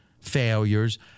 failures